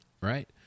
right